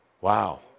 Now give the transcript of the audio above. Wow